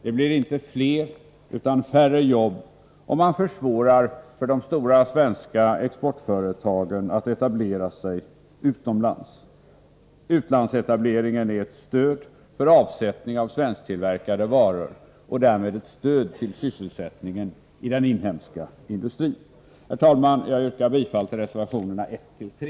Det blir inte fler utan färre jobb om man försvårar för de stora svenska exportföretagen att etablera sig utomlands. Utlandsetableringen är ett stöd för avsättning av svensktillverkade varor och därmed ett stöd till sysselsättningen i den inhemska industrin. Herr talman! Jag yrkar bifall till reservationerna 1-3.